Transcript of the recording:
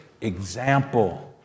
example